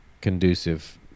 conducive